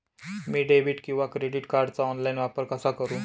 मी debit किंवा credit कार्डचा online वापर कसा करु?